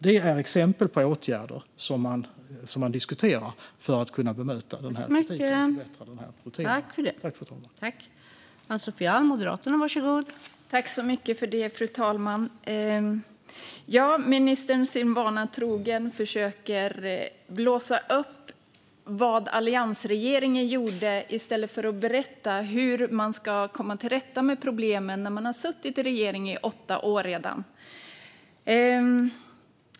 Detta är exempel på åtgärder som man diskuterar för att kunna bemöta den här kritiken och förbättra de här rutinerna.